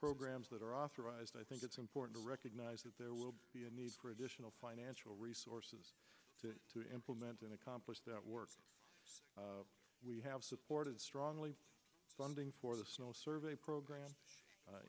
programs that are authorized i think it's important to recognize that there will be a need for additional financial resources to implementing accomplish that work we have supported strongly funding for the snow survey program